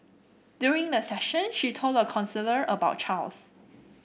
during the session she told the counsellor about Charles